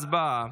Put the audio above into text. הצבעה.